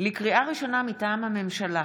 לקריאה ראשונה, מטעם הממשלה,